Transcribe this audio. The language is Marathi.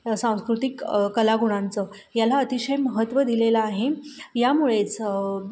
सांस्कृतिक कलागुणांचं याला अतिशय महत्त्व दिलेलं आहे यामुळेच